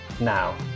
now